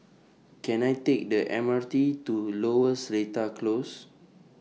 Can I Take The M R T to Lower Seletar Close